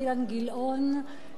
אילן גילאון,